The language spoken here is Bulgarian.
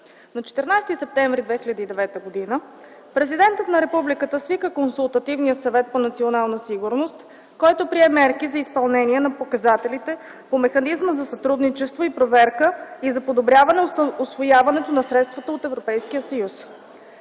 На 14 септември 2009 г. Президентът на Републиката свика Консултативния съвет по национална сигурност, който прие мерки за изпълнение на показателите по механизма за сътрудничество и проверка и за подобряване усвояването на средствата от Европейския съюз.